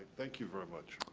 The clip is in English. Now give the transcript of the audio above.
thank you very much.